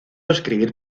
escribir